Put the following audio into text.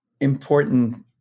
important